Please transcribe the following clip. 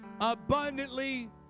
abundantly